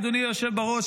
אדוני היושב בראש,